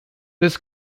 this